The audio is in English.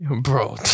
Bro